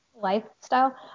lifestyle